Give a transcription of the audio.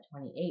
28